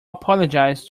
apologized